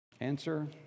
Answer